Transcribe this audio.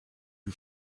who